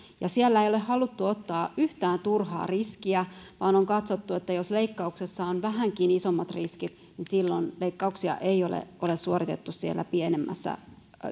ja siellä ei ole haluttu ottaa yhtään turhaa riskiä vaan on katsottu että jos leikkauksessa on vähänkin isommat riskit niin silloin leikkauksia ei ole ole suoritettu siellä pienemmässä